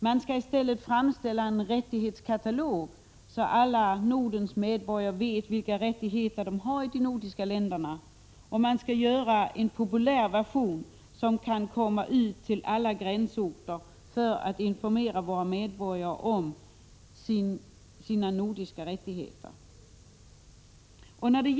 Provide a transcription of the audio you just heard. Man skalli stället framställa en rättighetskatalog så att alla Nordens medborgare vet vilka rättigheter de har i de nordiska länderna. Man skall göra en populär version av den som kan komma ut till alla gränsorter för att informera nordiska medborgare om deras rättigheter.